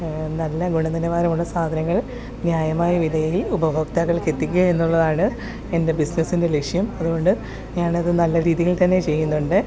നല്ല ഗുണനിലവാരം ഉള്ള സാധനങ്ങൾ ന്യായമായ വിലയിൽ ഉപഭോക്താക്കൾക്ക് എത്തിക്കുക എന്നുള്ളതാണ് എൻ്റെ ബിസിനസ്സിൻ്റെ ലക്ഷ്യം അതുകൊണ്ട് ഞാനത് നല്ല രീതിയിൽ തന്നെ ചെയ്യുന്നുണ്ട്